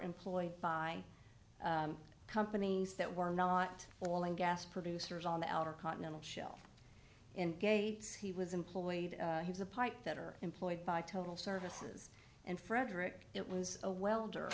employed by companies that were not all and gas producers on the outer continental shelf and gates he was employed as the pipe that are employed by total services and frederick it was a welder